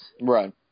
Right